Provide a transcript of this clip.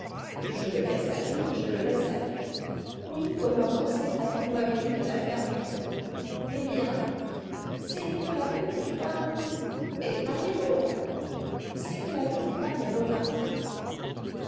je le laisse aller je le laisse aller oui commandant c'est vrai vous m'avez dit de la faire monter eh bien c'est que la petite dame mais parlez donc c'est que la petite dame est repartie